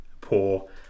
poor